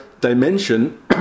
dimension